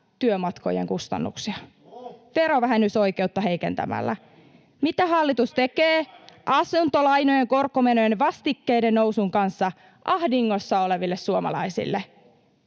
Miten näin pääsi käymään?] Mitä hallitus tekee asuntolainojen korkomenojen ja vastikkeiden nousun kanssa ahdingossa oleville suomalaisille?